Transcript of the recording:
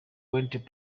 went